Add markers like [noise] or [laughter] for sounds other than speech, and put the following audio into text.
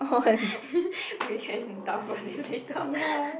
[laughs] we can talk about this later